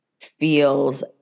feels